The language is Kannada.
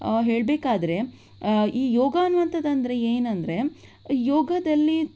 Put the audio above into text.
ಹೇಳಬೇಕಾದರೆ ಈ ಯೋಗ ಅನ್ನುವಂಥದ್ದಂದರೆ ಏನೆಂದರೆ ಯೋಗದಲ್ಲಿ